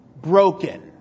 broken